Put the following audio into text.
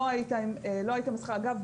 לא היית עם מסכה ואגב,